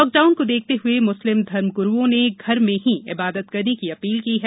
lockdown को देखते हुए मुस्लिम धर्मगुरुओं ने घरों में ही इबादत करने की अपील की है